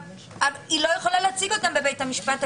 היא לא יכולה להציג אותן בבית משפט,